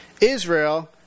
Israel